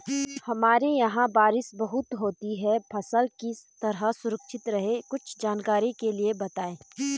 हमारे यहाँ बारिश बहुत होती है फसल किस तरह सुरक्षित रहे कुछ जानकारी के लिए बताएँ?